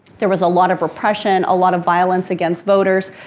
there was a lot of repression, a lot of violence against voters,